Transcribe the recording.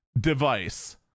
device